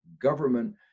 government